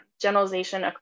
generalization